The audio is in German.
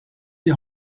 die